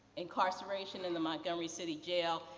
incarceration in the montgomery city jail.